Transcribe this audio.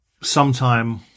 Sometime